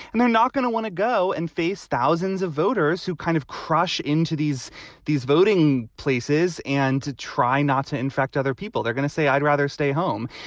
and they're not going to want to go and face thousands of voters who kind of crush into these these voting places and try not to infect other people. they're going to say, i'd rather stay home.